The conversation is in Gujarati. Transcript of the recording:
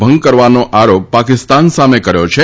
ભંગ કરવાનો આરોપ પાકિસ્તાન સામે કર્યો છે